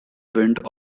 wind